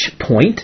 point